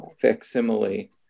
facsimile